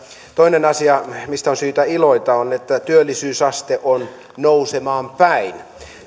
toinen asia mistä on syytä iloita on että työllisyysaste on nousemaan päin